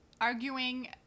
Arguing